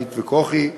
עידית וכוכי,